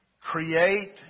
create